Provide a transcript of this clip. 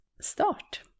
start